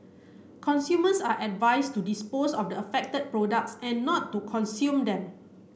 consumers are advised to dispose of the affected products and not to consume them